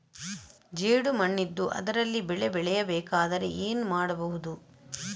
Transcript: ಜೇಡು ಮಣ್ಣಿದ್ದು ಅದರಲ್ಲಿ ಬೆಳೆ ಬೆಳೆಯಬೇಕಾದರೆ ಏನು ಮಾಡ್ಬಹುದು?